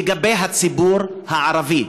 לגבי הציבור הערבי.